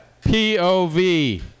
P-O-V